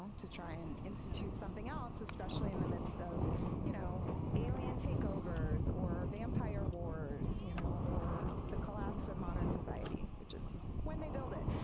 to try an institute something else especially in the midst of you know alien takeovers, or vampire wars, so you know or the collapse of modern society which is when they build it.